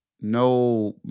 No